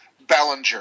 Bellinger